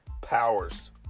Powers